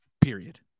Period